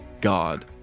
god